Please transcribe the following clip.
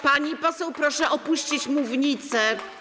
Pani poseł, proszę opuścić mównicę.